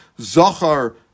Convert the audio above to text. Zohar